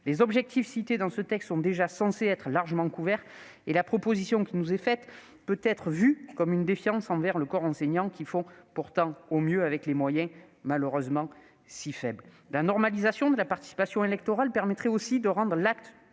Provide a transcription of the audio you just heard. Les objectifs cités dans ce texte sont déjà censés être largement couverts et la proposition qui nous est faite peut être vue comme une défiance envers le corps enseignant, lequel fait pourtant au mieux avec les moyens qui lui sont attribués et qui sont malheureusement si faibles. La normalisation de la participation électorale permettrait aussi de rendre l'acte